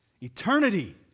Eternity